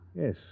Yes